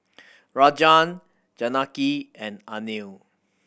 Rajan Janaki and Anil